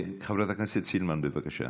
חברת הכנסת סילמן, בבקשה.